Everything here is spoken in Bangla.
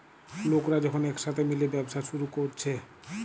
লোকরা যখন একসাথে মিলে ব্যবসা শুরু কোরছে